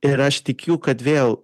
ir aš tikiu kad vėl